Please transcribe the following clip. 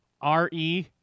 R-E